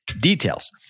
details